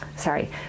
Sorry